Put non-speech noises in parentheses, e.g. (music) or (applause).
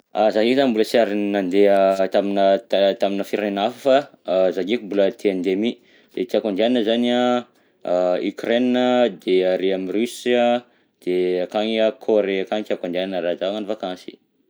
A zah io zany mbola sy ary nandeha (hesitation) taminà ta- taminà firenena hafa fa za ndreky mbola te handeha mi, de tiako andihanana zany an Ukraine an, de ary amy Russe an, de akagny an Corée akagny tiako andihanana raha zah hagnano vakansy.